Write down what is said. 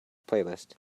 playlist